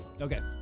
Okay